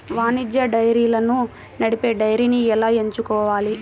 వాణిజ్య డైరీలను నడిపే డైరీని ఎలా ఎంచుకోవాలి?